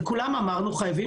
ולכולם אמרנו שחייבים